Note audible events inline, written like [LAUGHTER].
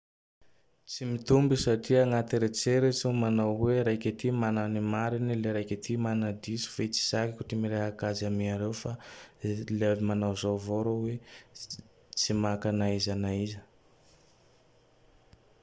Tsy mitombo satria anaty eritseritso manao hoe: "Raiky ty mana ny marine, le raike ty mana diso fe tsy sahiko ty mirehake azy amy areo." Fa le manao zao vao raho hoe: " [HESITATION] Tsy maka iza na iza."